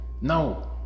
no